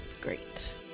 great